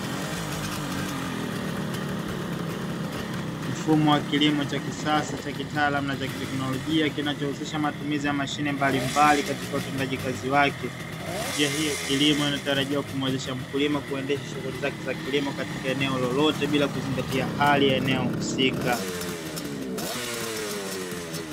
Mfumo wa kilimo cha kisasa cha kitaalamu na cha kiteknolojia, kinachohusisha matumizi ya mashine mbalimbali katika utendaji kazi wake. Njia hii ya kilimo inatarajiwa kumuwezesha mkulima kuendesha shughuli zake za kilimo katika eneo lolote bila kuzingatia hali ya eneo husika.